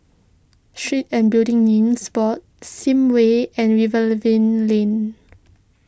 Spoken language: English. Street and Building Names Board Sims Way and Lane